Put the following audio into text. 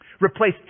replace